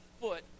foot